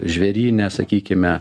žvėryne sakykime